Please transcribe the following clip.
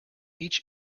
each